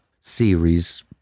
series